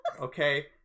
okay